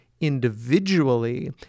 individually